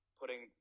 putting